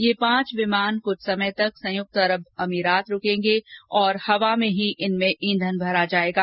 ये पांच विमान कृष्ठ समय तक संयुक्त अरब अमीरात रुकेंगे और हवा में ही इनमें ईंधन भरा जायेगा